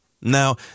Now